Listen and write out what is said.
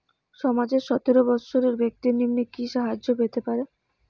সমাজের সতেরো বৎসরের ব্যাক্তির নিম্নে কি সাহায্য পেতে পারে?